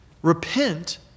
repent